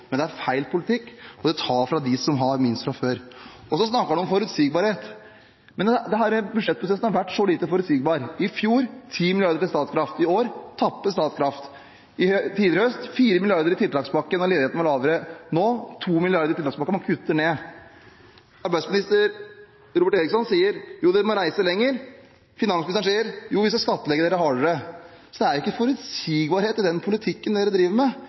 men det er feil politikk. De tar fra dem som har minst fra før. Så snakker en om forutsigbarhet. Men denne budsjettprosessen har vært lite forutsigbar: i fjor 10 mrd. kr til Statkraft – i år tappes Statkraft. Tidligere i høst 4 mrd. kr i tiltakspakke da ledigheten var lavere, nå 2 mrd. kr i tiltakspakke – man kutter. Arbeidsminister Robert Eriksson sier at dere må reise lenger. Finansministeren sier at jo, vi skal skattlegge dere hardere. Så det er ikke forutsigbarhet i den politikken en driver med,